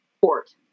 port